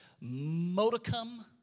modicum